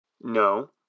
No